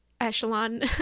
echelon